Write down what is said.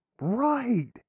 Right